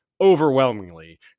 overwhelmingly